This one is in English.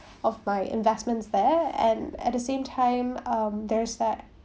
of my investments there and at the same time um there's that